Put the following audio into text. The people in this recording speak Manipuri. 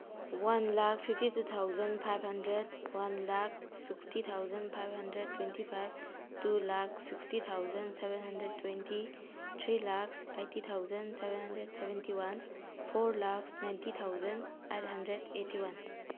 one lakh fifty two thousand five hundred one lakh sixty thousand five hundred twenty five two lakh sixty thousand seven hundred twenty three lakh eighty thousand seven hundred seventy one four lakh ninety thousand eight hundred eighty one